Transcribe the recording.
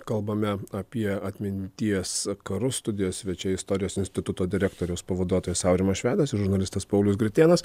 kalbame apie atminties karus studijos svečiai istorijos instituto direktoriaus pavaduotojas aurimas švedas ir žurnalistas paulius gritėnas